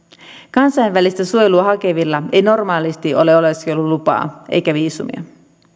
kansainvälistä suojelua hakevilla ei normaalisti ole oleskelulupaa eikä viisumia